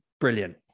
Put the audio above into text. brilliant